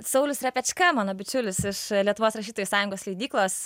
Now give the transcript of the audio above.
saulius repečka mano bičiulis iš lietuvos rašytojų sąjungos leidyklos